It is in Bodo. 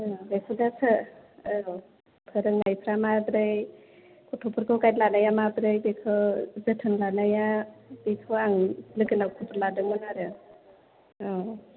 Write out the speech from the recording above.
औ बेखौनो सो औ फोरोंनायफोरा माब्रै गथ'फोरखौ गाइड लानाया माब्रै बेखौ जोथोन लानाया बेखौ आं लोगोनाव खबर लादोंमोन आरो औ